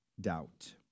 doubt